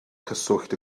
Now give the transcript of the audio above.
cyswllt